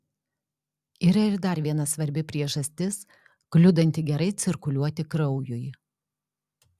yra ir dar viena svarbi priežastis kliudanti gerai cirkuliuoti kraujui